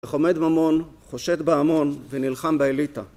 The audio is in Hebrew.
חומד ממון, חושד בהמון, ונלחם באליטה.